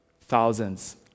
thousands